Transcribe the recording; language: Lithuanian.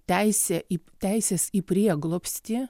teisė į teises į prieglobstį